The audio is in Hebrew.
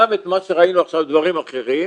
גם את מה שראינו עכשיו ודברים אחרים,